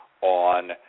on